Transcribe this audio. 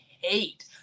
hate